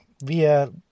via